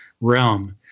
realm